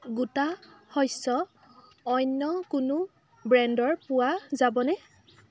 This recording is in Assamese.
গোটা শস্য অন্য কোনো ব্ৰেণ্ডৰ পোৱা যাবনে